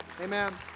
Amen